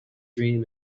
dream